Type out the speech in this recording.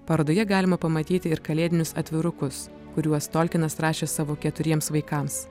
parodoje galima pamatyti ir kalėdinius atvirukus kuriuos tolkinas rašė savo keturiems vaikams